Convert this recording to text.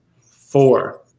Four